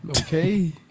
Okay